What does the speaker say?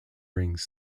rings